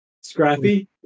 Scrappy